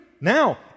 now